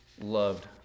loved